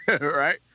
Right